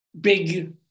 big